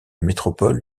métropole